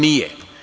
Nije.